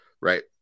right